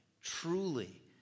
truly